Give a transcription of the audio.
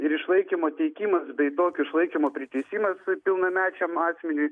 ir išlaikymo teikimas bei tokio išlaikymo priteisimas pilnamečiam asmeniui